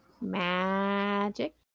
Magic